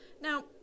now